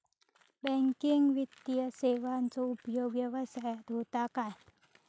Banking वित्तीय सेवाचो उपयोग व्यवसायात होता काय?